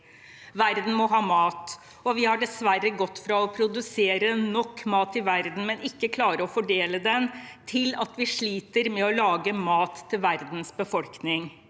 Verden må ha mat, og vi har dessverre gått fra å produsere nok mat i verden, men ikke klare å fordele den, til at vi sliter med å lage nok mat til verdens befolkning.